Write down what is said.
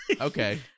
Okay